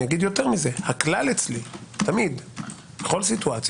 הכלל אצלי תמיד בכל מצב,